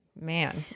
man